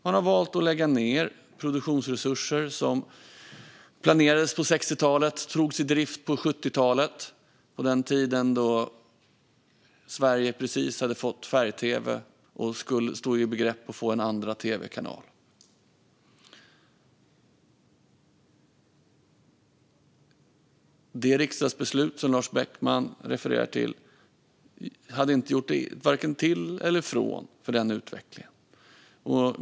Man har valt att lägga ned produktionsresurser som planerades på 60-talet och togs i drift på 70-talet, på den tiden Sverige precis hade fått färg-tv och stod i begrepp att få en andra tv-kanal. Det riksdagsbeslut som Lars Beckman refererar till hade inte gjort vare sig till eller från för den utvecklingen.